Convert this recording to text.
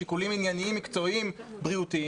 שיקולים ענייניים מקצועיים בריאותיים,